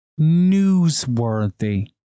Newsworthy